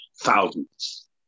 thousands